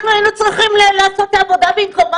אנחנו היינו צריכים לעשות את העבודה במקומם.